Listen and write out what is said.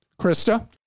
Krista